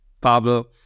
Pablo